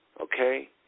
okay